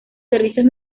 servicios